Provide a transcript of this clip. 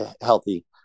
healthy